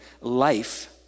life